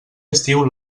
estiu